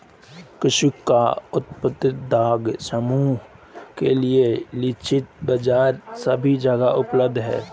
कृषक उत्पादक समूह के लिए लक्षित बाजार सभी जगह उपलब्ध है